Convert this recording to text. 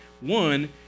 One